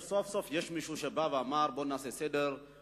סוף סוף יש מישהו שבא ואמר בבית הזה: